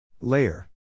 Layer